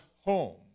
home